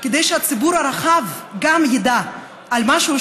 כדי שגם הציבור הרחב ידע על משהו,